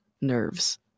nerves